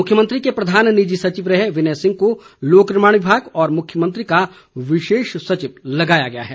मुख्यमंत्री के प्रधान निजी सचिव रहे विनय सिंह को लोकनिर्माण विभाग और मुख्यमंत्री का विशेष सचिव लगाया गया है